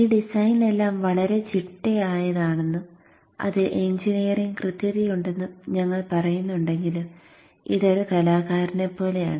ഈ ഡിസൈൻ എല്ലാം വളരെ ചിട്ടയായതാണെന്നും അതിൽ എഞ്ചിനീയറിംഗ് കൃത്യതയുണ്ടെന്നും ഞങ്ങൾ പറയുന്നുണ്ടെങ്കിലും ഇത് ഒരു കലാകാരനെപ്പോലെയാണ്